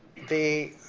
the